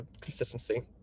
consistency